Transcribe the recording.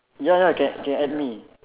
ya ya can can add me